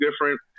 different